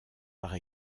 par